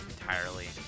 entirely